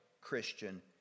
Christian